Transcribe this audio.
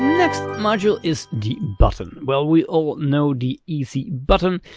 next module is the button. well we all know the easy button.